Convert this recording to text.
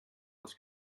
els